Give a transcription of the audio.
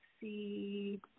see